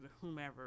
whomever